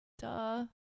duh